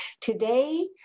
Today